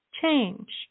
change